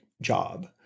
job